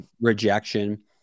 rejection